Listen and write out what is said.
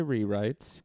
Rewrites